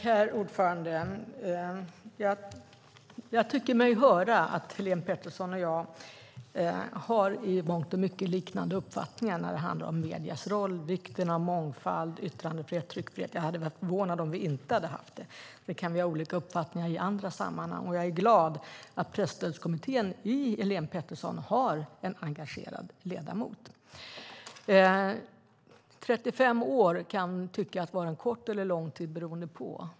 Herr talman! Jag tycker mig höra att Helene Petersson och jag i mångt och mycket har liknande uppfattningar när det handlar om mediernas roll, vikten av mångfald, yttrandefrihet och tryckfrihet. Jag hade blivit förvånad om vi inte hade haft det, även om vi kan ha olika uppfattningar i andra sammanhang. Jag är glad att Presstödskommittén i Helene Petersson har en engagerad ledamot. Trettiofem år kan vara en kort eller lång tid, det beror på.